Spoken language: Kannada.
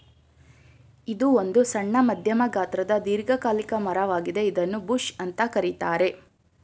ಇದು ಒಂದು ಸಣ್ಣ ಮಧ್ಯಮ ಗಾತ್ರದ ದೀರ್ಘಕಾಲಿಕ ಮರ ವಾಗಿದೆ ಇದನ್ನೂ ಬುಷ್ ಅಂತ ಕರೀತಾರೆ